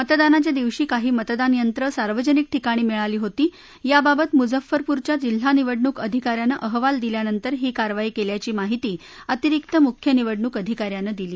मतदानाच्या दिवशी काही मतदान यंत्र सार्वजनिक ठिकाणी मिळाली होती याबाबत मुझफ्फरपूरच्या जिल्हा निवडणूक अधिकाऱ्यानं अहवाल दिल्यानंतर ही कारवाई केल्याची माहिती अतिरिक्त मुख्य निवडणूक अधिकाऱ्यानं दिली